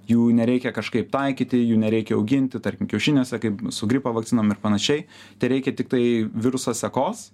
jų nereikia kažkaip taikyti jų nereikia auginti tarkim kiaušiniuose kaip su gripo vakcinom ir panašiai tereikia tiktai viruso sekos